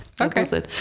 Okay